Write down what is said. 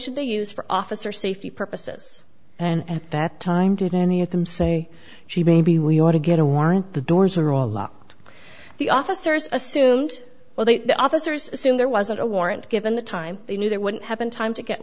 should they use for officer safety purposes and at that time did any of them say she maybe we ought to get a warrant the doors are all locked the officers assumed well they the officers assume there wasn't a warrant given the time they knew there wouldn't have been time to get